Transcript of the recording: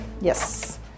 Yes